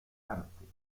arte